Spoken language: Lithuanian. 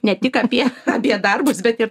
ne tik apie apie darbus bet ir